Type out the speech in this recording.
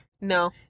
No